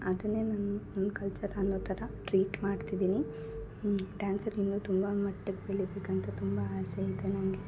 ಅದನ್ನೇ ನನ್ನ ನನ್ನ ಕಲ್ಚರ್ ಅನ್ನೋಥರ ಟ್ರೀಟ್ ಮಾಡ್ತಿದ್ದೀನಿ ಡ್ಯಾನ್ಸ್ ಅಲ್ಲಿ ಇನ್ನು ತುಂಬಾ ಮಟ್ಟಕ್ಕೆ ಬೆಳಿಬೇಕಂತ ತುಂಬಾ ಆಸೆ ಇದೆ ನನಗೆ